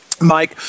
Mike